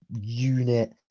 unit